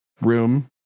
Room